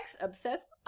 obsessed